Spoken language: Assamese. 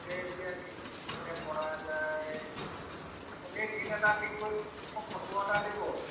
তাকে এতিয়া কেতিয়া পৰা যায় আপুনি দিন এটা ঠিক কৰি মোক খবৰ এটা দিব